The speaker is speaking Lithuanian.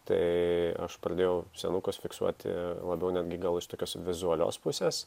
tai aš pradėjau senukus fiksuoti labiau netgi gal iš tokios vizualios pusės